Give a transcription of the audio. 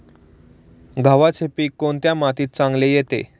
गव्हाचे पीक कोणत्या मातीत चांगले येते?